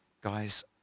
guys